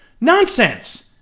Nonsense